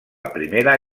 primera